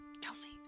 Kelsey